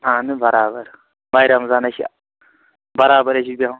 اہن بَرابر ماہِ رمضانٔے چھُ بَرابرے چھُ بیٛوہُن